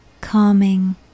calming